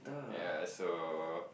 ya so